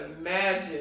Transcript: imagine